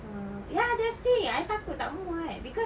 oh ya that's thing I takut tak muat cause